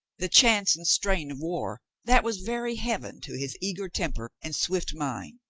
the chance and strain of war, that was very heaven to his eager temper and swift mind.